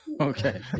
okay